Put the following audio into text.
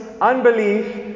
unbelief